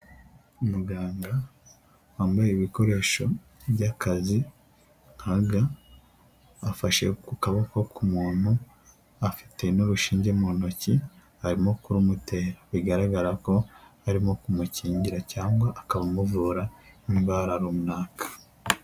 Muganga wambaye ibikoresho by'akazi nka ga, afashe ku kaboko k'umuntu afite n'urushinge mu ntoki arimo kurumutera, bigaragara ko arimo kumukingira cyangwa akaba amuvura indwara runaka.